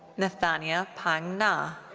nathania pang nah.